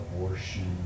abortion